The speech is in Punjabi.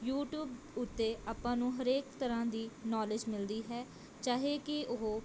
ਯੂਟਿਊਬ ਉੱਤੇ ਆਪਾਂ ਨੂੰ ਹਰੇਕ ਤਰ੍ਹਾਂ ਦੀ ਨੌਲੇਜ ਮਿਲਦੀ ਹੈ ਚਾਹੇ ਕਿ ਉਹ